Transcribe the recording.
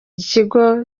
kigo